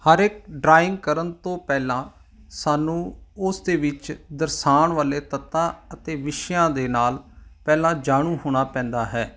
ਹਰ ਇੱਕ ਡਰਾਇੰਗ ਕਰਨ ਤੋਂ ਪਹਿਲਾਂ ਸਾਨੂੰ ਉਸ ਦੇ ਵਿੱਚ ਦਰਸਾਉਣ ਵਾਲੇ ਤੱਤਾਂ ਅਤੇ ਵਿਸ਼ਿਆਂ ਦੇ ਨਾਲ ਪਹਿਲਾਂ ਜਾਣੂ ਹੋਣਾ ਪੈਂਦਾ ਹੈ